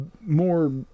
more